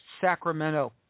Sacramento